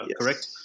correct